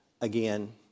again